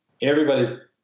everybody's